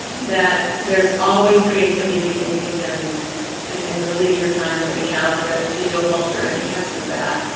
that there's always creativity and human in in the leisure time that we have, and that digital culture enhances that.